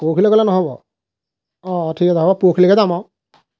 পৰহিলৈ গ'লে নহ'ব অঁ ঠিক আছে হ'ব পৰহিলৈকে যাম আৰু